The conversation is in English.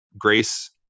grace